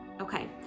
Okay